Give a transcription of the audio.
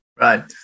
Right